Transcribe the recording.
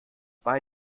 bei